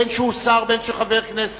בין שהוא שר ובין שהוא חבר כנסת,